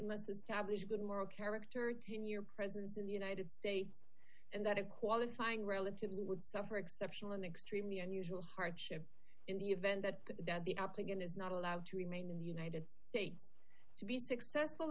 establish good moral character to your presence in the united states and that of qualifying relatives would suffer exceptional in extremely unusual hardship in the event that that the applicant is not allowed to remain in the united states to be successful